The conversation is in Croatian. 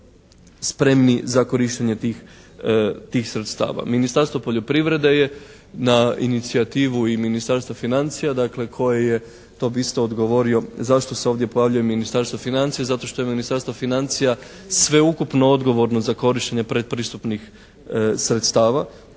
spremni za korištenje tih, tih sredstava. Ministarstvo poljoprivrede je na inicijativu i Ministarstva financija dakle koje je, to bih isto odgovorio zašto se ovdje pojavljuje Ministarstvo financija? Zato što je Ministarstvo financija sveukupno odgovorno za korištenje predpristupnih sredstava